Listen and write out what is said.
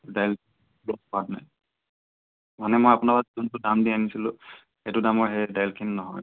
দাইলবোৰৰ সোৱাদ নাই মানে মই আপোনাৰপৰা যোনটো দাম দি আনিছিলোঁ সেইটো দামৰ সেই দাইলখিনি নহয়